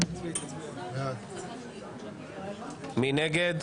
מי נגד?